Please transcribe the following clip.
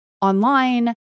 online